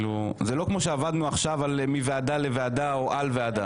זה לא כמו שעבדנו עכשיו מוועדה לוועדה או על ועדה,